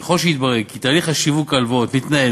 ככל שיתברר כי תהליך שיווק ההלוואות מתנהל